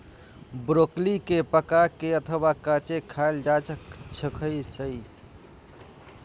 broccoli कें पका के अथवा कांचे खाएल जा सकै छै